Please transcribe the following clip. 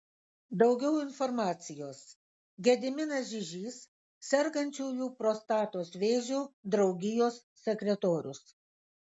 daugiau informacijos gediminas žižys sergančiųjų prostatos vėžiu draugijos sekretorius